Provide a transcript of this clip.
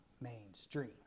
mainstream